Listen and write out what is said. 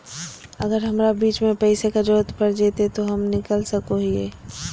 अगर हमरा बीच में पैसे का जरूरत पड़ जयते तो हम निकल सको हीये